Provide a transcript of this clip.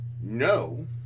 no